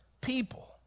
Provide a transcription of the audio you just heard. people